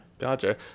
Gotcha